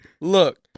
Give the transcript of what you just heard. look